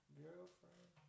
girlfriend